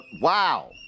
wow